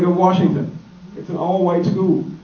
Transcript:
ah washington that's an all-white school.